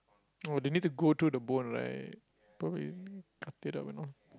oh they need to go through the bone right probably cut it up and all